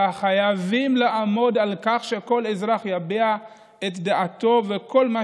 אלא חייבים לעמוד על כך שכל אזרח יביע את דעתו ואת כל מה